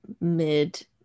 mid